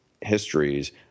histories